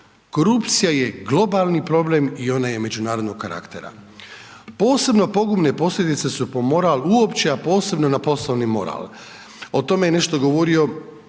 Korupcija je globalni problem i ona je međunarodnog karaktera. Posebno pogubne posljedice su po moral, uopće a posebno na poslovni moral, o tome nešto govorio